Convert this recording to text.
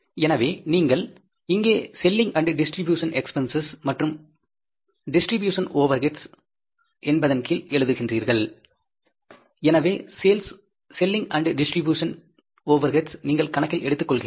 எனவே நீங்கள் இங்கே செல்லிங் அண்ட் டிஸ்ட்ரிபியூஷன் எஸ்பிஎன்செஸ் மற்றும் டிஸ்ட்ரிபியூஷன் ஓவர்ஹெட்ஸ் கீழ் எழுதுகிறீர்கள் எனவே செல்லிங் அண்ட் டிஸ்ட்ரிபியூஷன் ஓவர்ஹெட்ஸை நீங்கள் கணக்கில் எடுத்துக் கொள்கிறீர்கள்